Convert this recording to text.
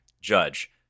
Judge